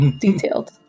detailed